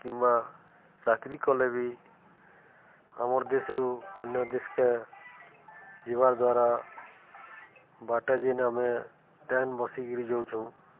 କିମ୍ବା ଚାକିରି କଲେ ବି ଆମର୍ ଦେଶରୁ ଅନ୍ୟ ଦେଶକେ ଯିବାର୍ ଦ୍ୱାରା ବାଟେ ଯେନକେ ଆମେ ଟ୍ରେନ୍ ବସିକିରି ଯାଉଛୁଁ